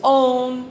own